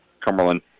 Cumberland